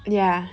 ya